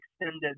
extended